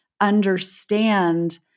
understand